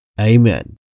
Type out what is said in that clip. Amen